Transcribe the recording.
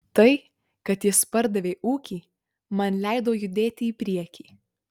tai kad jis pardavė ūkį man leido judėti į priekį